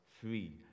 free